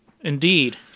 Indeed